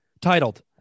titled